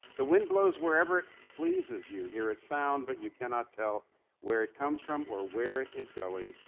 the wind blows wherever it pleases, you hear its sound but you cannot tell where it comes from or where it is going.